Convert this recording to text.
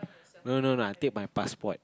no no I take my passport